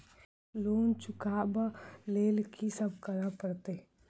Loan चुका ब लैल की सब करऽ पड़तै?